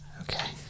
Okay